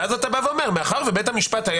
ואז אתה בא ואומר: מאחר שבית המשפט היה